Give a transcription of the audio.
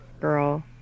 girl